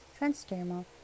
Transdermal